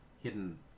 hidden